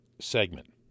segment